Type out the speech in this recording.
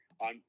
on